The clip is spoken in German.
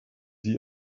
sie